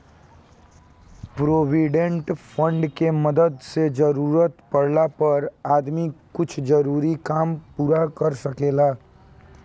provident fund के मदद से जरूरत पाड़ला पर आदमी कुछ जरूरी काम पूरा कर सकेला